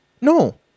No